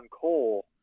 coal